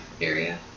area